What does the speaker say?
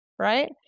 Right